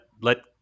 let